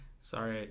Sorry